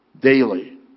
daily